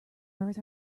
earth